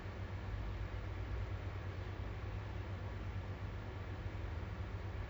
pergi usually if I go there I pergi mana eh